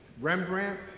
Rembrandt